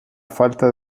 falta